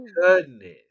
goodness